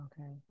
Okay